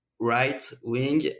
right-wing